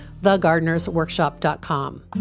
thegardener'sworkshop.com